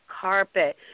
carpet